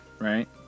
right